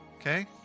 Okay